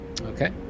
Okay